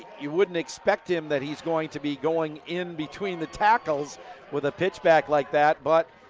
you wouldn't expect him that he's going to be going in between the tackles with a pitch back like that but